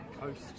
coast